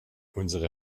unsere